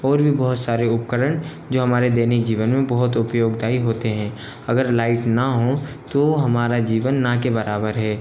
और भी बहुत सारे उपकरण जो हमारे दैनिक जीवन में बहुत उपयोगदाई होते हैं अगर लाइट ना हो तो हमारा जीवन ना के बराबर है